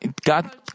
God